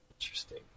Interesting